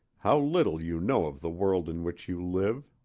how little you know of the world in which you live!